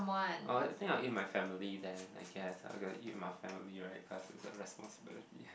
uh think I will eat my family then I guess okay eat with my family right cause it's a responsibility